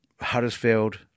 Huddersfield